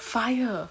fire